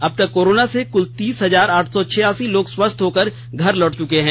अबतक कोरोना से कुल तीस हजार आठ सौ छियासी लोग स्वस्थ होकर घर लौट चुके हैं